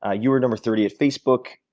ah you were number thirty at facebook,